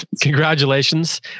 Congratulations